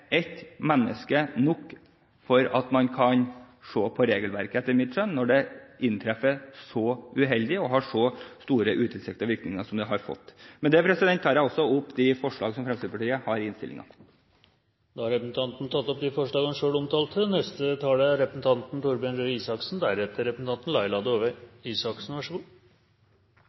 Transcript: ett menneske nok til at man kan se på regelverket, etter mitt skjønn, når det treffer så uheldig og får så store utilsiktede virkninger som det har fått. Med dette tar jeg opp de forslagene som Fremskrittspartiet har i innstillingen. Representanten Robert Eriksson har tatt opp de forslagene han